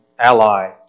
Ally